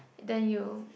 then you